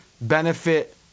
benefit